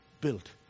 built